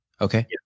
Okay